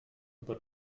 aber